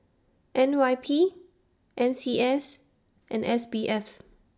N Y P N C S and S B F